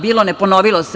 Bilo - ne ponovilo se.